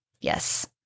Yes